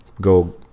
go